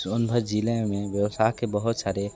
सोनभद्र जिले में व्यवसाय के बहुत सारे